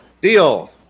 deal